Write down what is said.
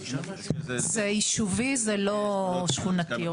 זה יישובי, זה לא שכונתי.